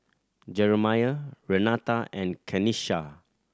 Jeramiah Renata and Kenisha